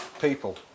people